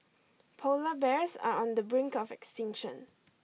polar bears are on the brink of extinction